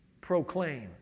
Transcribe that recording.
proclaim